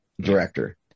director